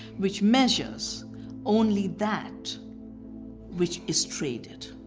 which measures only that which is traded,